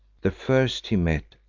the first he met,